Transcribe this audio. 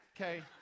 okay